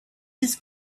his